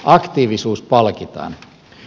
aktiivisuus palkitaan